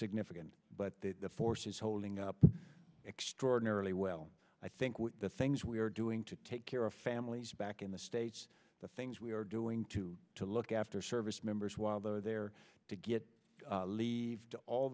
significant but the force is holding up extraordinarily well i think with the things we are doing to take care of families back in the states the things we are doing to look after service members while they are there to get